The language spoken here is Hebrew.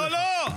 לא לא,